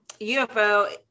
UFO